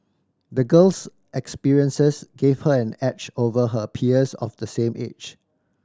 the girl's experiences gave her an edge over her peers of the same age